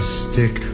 stick